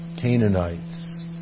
Canaanites